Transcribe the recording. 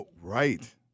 Right